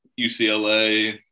UCLA